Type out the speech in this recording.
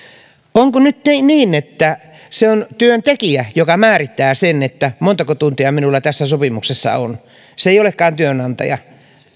onko nyt niin että se on työntekijä joka määrittää sen montako tuntia sopimuksessa on se ei olekaan työnantaja